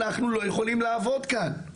אנחנו לא יכולים לעבוד כאן.